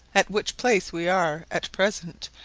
at which place we are at present,